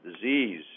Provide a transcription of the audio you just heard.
disease